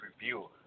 review